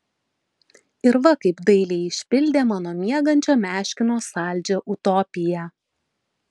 ir va kaip dailiai išpildė mano miegančio meškino saldžią utopiją